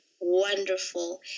wonderful